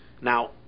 Now